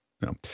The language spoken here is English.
no